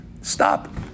Stop